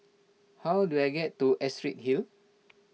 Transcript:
how do I get to Astrid Hill